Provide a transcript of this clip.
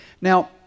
Now